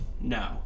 No